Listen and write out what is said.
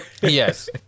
Yes